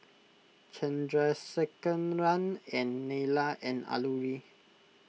Chandrasekaran and Neila and Alluri